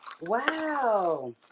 Wow